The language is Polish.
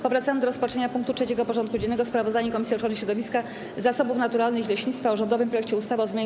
Powracamy do rozpatrzenia punktu 3. porządku dziennego: Sprawozdanie Komisji Ochrony Środowiska, Zasobów Naturalnych i Leśnictwa o rządowym projekcie ustawy o zmianie